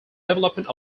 development